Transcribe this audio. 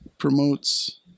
promotes